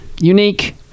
Unique